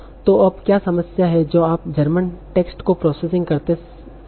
तो अब क्या समस्या है जो आप जर्मन टेक्स्ट को प्रोसेसिंग करते समय सामना करेंगे